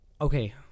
Okay